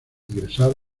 ingresar